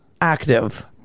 active